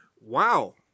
Wow